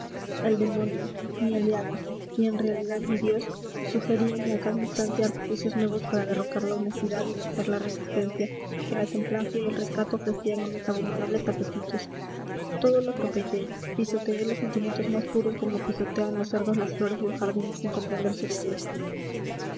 el demonio mi aliado y en realidad mi dios sugeríame a cada instante artificios nuevos para derrocar la honestidad y vencer la resistencia que la templanza y el recato ofrecían a mis abominables apetitos todo lo atropellé pisoteé los sentimientos más puros como pisotean los cerdos las flores de un jardín sin comprender su belleza